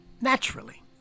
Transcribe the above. naturally